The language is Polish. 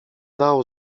dał